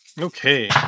Okay